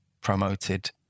promoted